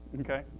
okay